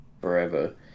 forever